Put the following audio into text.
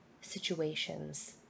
situations